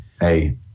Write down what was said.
hey